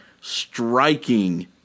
striking